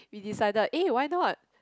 we decided eh why not